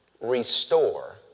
restore